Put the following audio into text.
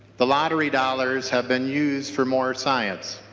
the lottery dollars have been used for more science.